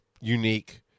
unique